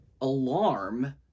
alarm